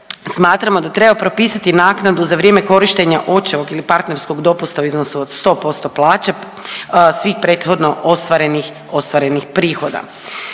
smatram o da treba propisati naknadu za vrijeme korištenja očevog ili partnerskog dopusta u iznosu od 100% plaće svih prethodno ostvarenih,